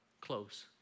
close